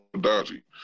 dodgy